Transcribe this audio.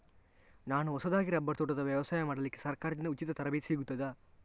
ನಾನು ಹೊಸದಾಗಿ ರಬ್ಬರ್ ತೋಟದ ವ್ಯವಸಾಯ ಮಾಡಲಿಕ್ಕೆ ಸರಕಾರದಿಂದ ಉಚಿತ ತರಬೇತಿ ಸಿಗುತ್ತದಾ?